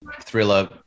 thriller